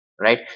right